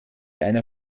einer